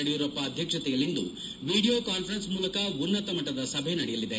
ಯಡಿಯೂರಪ್ಸ ಅಧ್ಯಕ್ಷತೆಯಲ್ಲಿಂದು video conference ಮೂಲಕ ಉನ್ನತಮಟ್ಟದ ಸಭೆ ನಡೆಯಲಿದೆ